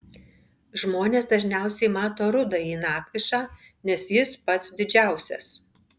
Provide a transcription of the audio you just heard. žmonės dažniausiai mato rudąjį nakvišą nes jis pats didžiausias